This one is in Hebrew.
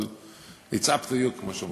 אבל it's up to you, כמו שאומרים.